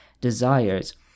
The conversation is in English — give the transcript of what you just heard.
desires